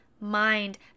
Mind